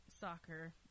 Soccer